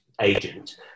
agent